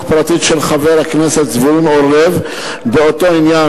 פרטית של חבר הכנסת זבולון אורלב באותו עניין,